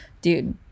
dude